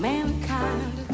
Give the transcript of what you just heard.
Mankind